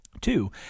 Two